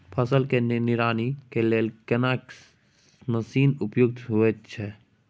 फसल के निराई के लेल केना मसीन उपयुक्त होयत छै?